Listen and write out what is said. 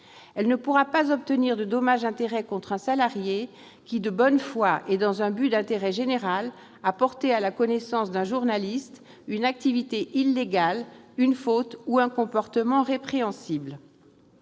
Elle ne pourra pas obtenir de dommages et intérêts contre un salarié qui, de bonne foi et dans un but d'intérêt général, a porté à la connaissance d'un journaliste une activité illégale, une faute ou un comportement répréhensible.